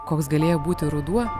koks galėjo būti ruduo